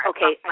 Okay